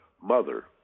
Mother